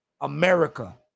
America